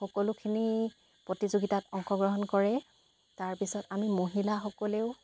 সকলোখিনি প্ৰতিযোগিতাত অংশগ্ৰহণ কৰে তাৰপিছত আমি মহিলাসকলেও